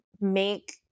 make